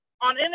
on